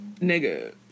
Nigga